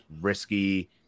risky